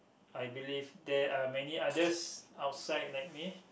I believe there are many others outside like me